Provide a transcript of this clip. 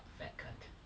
fat cunt